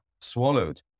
swallowed